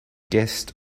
guest